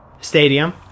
stadium